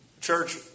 Church